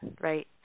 right